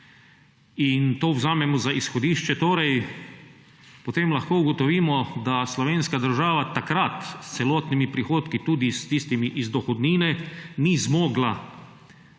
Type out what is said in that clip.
in to vzamemo za izhodišče, potem lahko ugotovimo, da slovenska država takrat s celotnimi prihodki, tudi s tistimi iz dohodnine, ni zmogla financirati